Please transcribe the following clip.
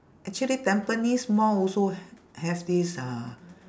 actually tampines mall also h~ have this uh